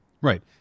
Right